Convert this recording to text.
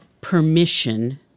permission